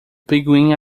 pinguim